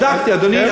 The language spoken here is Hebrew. אדוני,